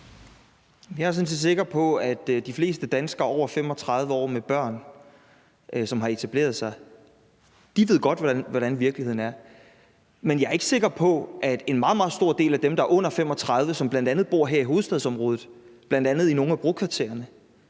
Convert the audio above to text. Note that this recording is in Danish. set sikker på, at de fleste danskere over 35 år, som har børn og har etableret sig, godt ved, hvordan virkeligheden er. Men jeg er ikke sikker på, at en meget, meget stor del af dem, der er under 35 år, som bl.a. bor her i hovedstadsområdet, bl.a. i nogle af brokvartererne,